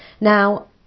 Now